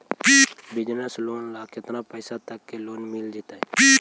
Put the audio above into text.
Business loan ल केतना पैसा तक के लोन मिल जितै?